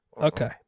Okay